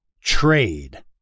Trade